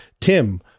Tim